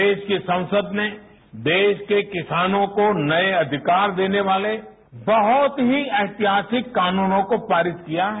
कल देश की संसद ने देश के किसानों को नए अधिकार देने वाले बहुत ही ऐतिहासिक कानूनों को पारित किया है